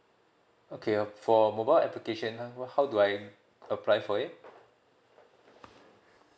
okay for mobile application how do I apply for it